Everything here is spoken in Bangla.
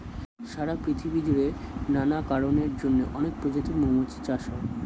সারা পৃথিবী জুড়ে নানা কারণের জন্যে অনেক প্রজাতির মৌমাছি চাষ হয়